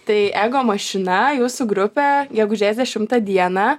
tai ego mašina jūsų grupė gegužės dešimtą dieną